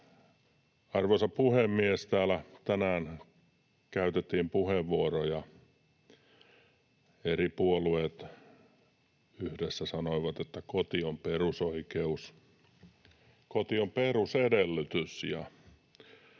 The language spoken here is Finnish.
Arvoisa puhemies! Täällä tänään käytettiin puheenvuoroja. Eri puolueet yhdessä sanoivat, että ”koti on perusoikeus”